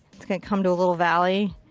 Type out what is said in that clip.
it's going to come to a little valley.